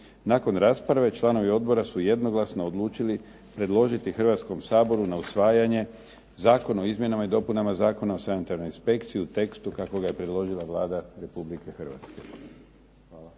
Nakon rasprave članovi odbora su jednoglasno odlučili predložiti Hrvatskom saboru na usvajanje Zakona o izmjenama i dopunama Zakona o sanitarnoj inspekciji u tekstu kako ga je predložila Vlada Republike Hrvatske.